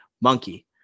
monkey